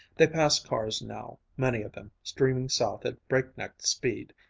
they passed cars now, many of them, streaming south at breakneck speed,